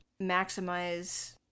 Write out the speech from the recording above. maximize